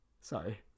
Sorry